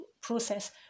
process